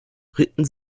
ritten